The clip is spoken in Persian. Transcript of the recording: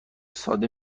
ساده